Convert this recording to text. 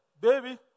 baby